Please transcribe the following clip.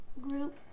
group